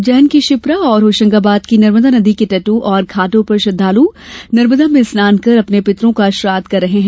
उज्जैन की क्षिप्रा और होशंगाबाद की नर्मदा नदी के तटों और घाटों पर श्रद्दालू नर्मदा में स्नान कर अपने पितरों का श्राद्व कर रहे हैं